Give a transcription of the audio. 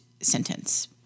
sentence